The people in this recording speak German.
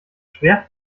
schwer